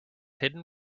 hidden